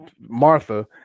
Martha